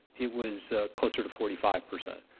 it was closer to forty five percent.